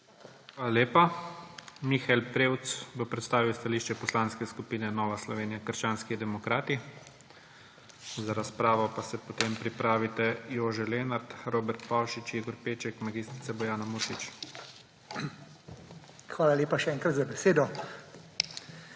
Hvala lepa. Mihael Prevc bo predstavil stališče Poslanske skupine Nova Slovenija – krščanski demokrati. Za razpravo pa sem potem pripravite Jože Lenart, Robert Pavšič, Igor Peček, mag. Bojana Muršič. MIHAEL PREVC (PS NSi): Hvala lepa, še enkrat, za besedo.